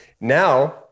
now